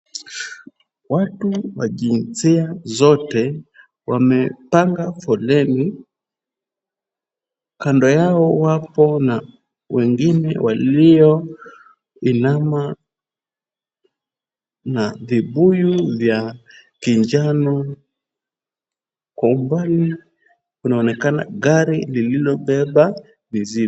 Watu wa jinsia zote wamepanga foleni. Kando yao wapo na wengine walioinama na vibuyu vya kinjano. Kwa umbali kunaonekana gari lililobeba mizigo.